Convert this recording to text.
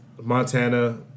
Montana